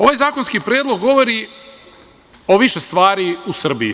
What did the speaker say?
Ovaj zakonski predlog govori o više stvari u Srbiji.